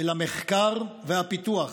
אל המחקר והפיתוח.